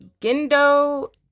Gendo